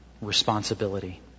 responsibility